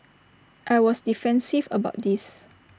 I was defensive about this